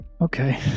okay